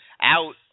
out